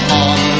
on